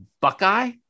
Buckeye